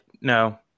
no